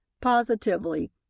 Positively